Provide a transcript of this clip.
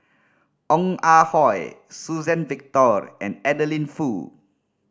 Ong Ah Hoi Suzann Victor and Adeline Foo